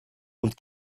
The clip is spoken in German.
und